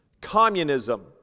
communism